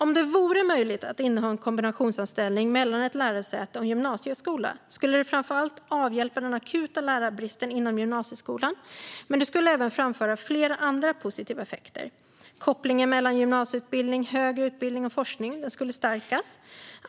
Om det vore möjligt att inneha en kombinationsanställning mellan ett lärosäte och en gymnasieskola skulle det framför allt avhjälpa den akuta lärarbristen inom gymnasieskolan, men det skulle även medföra flera andra positiva effekter. Kopplingen mellan gymnasieutbildning, högre utbildning och forskning skulle stärkas.